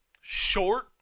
Short